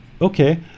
Okay